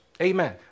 Amen